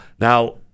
Now